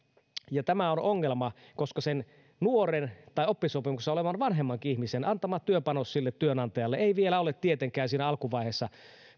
tämä on ongelma koska sen nuoren tai oppisopimuksessa olevan vanhemmankin ihmisen antama työpanos sille työnantajalle ei vielä ole tietenkään siinä alkuvaiheessa